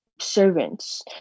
servants